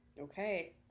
Okay